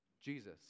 Jesus